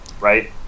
right